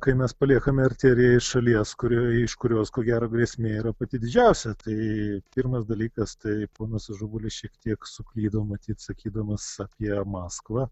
kai mes paliekame arteriją iš šalies kuri iš kurios ko gero grėsmė yra pati didžiausia tai pirmas dalykas tai ponas užubalis šiek tiek suklydo matyt sakydamas apie maskvą